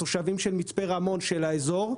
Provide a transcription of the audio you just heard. התושבים של מצפה רמון ושל האזור,